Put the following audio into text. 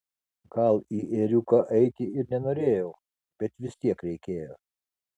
gal į ėriuką eiti ir nenorėjau bet vis tiek reikėjo